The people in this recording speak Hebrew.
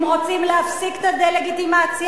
אם רוצים להפסיק את הדה-לגיטימציה,